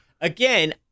Again